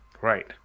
Right